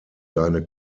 seine